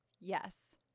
Yes